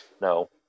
no